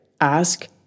ask